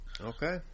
Okay